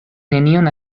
nenion